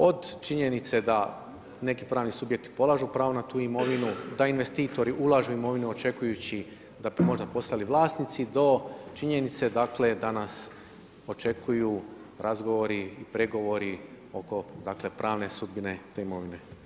Od činjenice da neki pravni subjekti polažu pravo na tu imovinu, da investitori ulažu u imovinu očekujući da bi možda postali vlasnici do činjenice da nas očekuju razgovori i pregovori oko pravne sudbine te imovine.